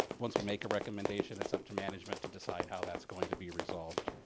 once we make a recommendation it's up to management to decide how that's going to be resolved.